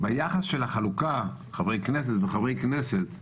ביחס של החלוקה חברי כנסת וחברי כנסת,